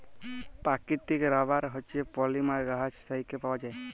পাকিতিক রাবার হছে পলিমার গাহাচ থ্যাইকে পাউয়া যায়